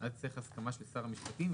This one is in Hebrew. צריך הסכמה של שר המשפטים.